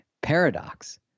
paradox